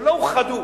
שלא אוחדו,